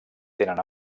tenen